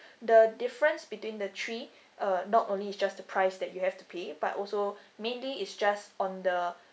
the difference between the three uh not only just the price that you have to pay but also mainly is just on the